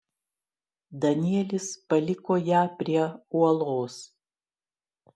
danielis paliko ją prie uolos